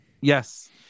Yes